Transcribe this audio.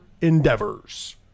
endeavors